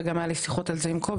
וגם היו לי שיחות על זה עם קובי,